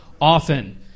often